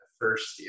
first